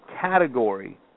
category